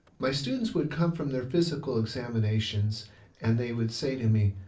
my students would come from their physical examinations and they would say to me,